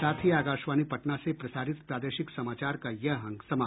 इसके साथ ही आकाशवाणी पटना से प्रसारित प्रादेशिक समाचार का ये अंक समाप्त हुआ